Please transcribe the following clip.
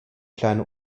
kleine